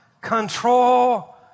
control